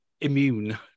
immune